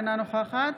אינה נוכחת